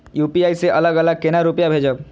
UPI से अलग अलग केना रुपया भेजब